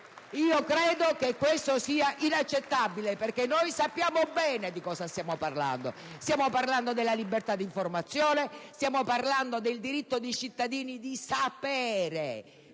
Credo che questo sia inaccettabile perché noi sappiamo bene di cosa stiamo parlando: stiamo parlando della libertà di informazione, del diritto dei cittadini di sapere